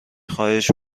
خواهش